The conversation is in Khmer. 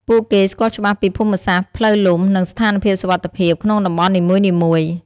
ពួកគេស្គាល់ច្បាស់ពី ភូមិសាស្ត្រ ផ្លូវលំ និងស្ថានភាពសុវត្ថិភាព ក្នុងតំបន់នីមួយៗ។